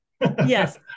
Yes